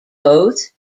both